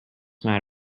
matter